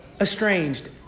estranged